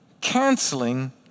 canceling